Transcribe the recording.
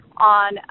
on